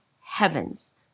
heavens